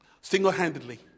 single-handedly